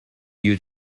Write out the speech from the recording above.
you